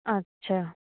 আচ্ছা